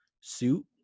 suit